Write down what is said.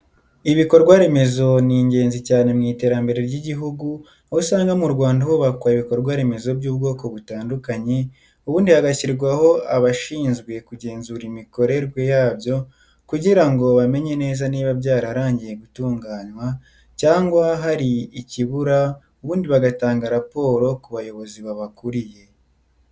Ibikorwa remezo ni ingenzi cyane mu iterambere ry'igihugu aho usanga mu Rwanda hubakwa ibikorwa remezo by'ubwoko butandukanye ubundi hagashyirwaho abashinzwe kugenzura imikorerwe yabyo kugira ngo bamenye neza niba byararangiye gutunganywa cyangwa hari ikibura ubundi bagatanga raporo ku bayobozi babakuriye.